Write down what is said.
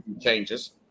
changes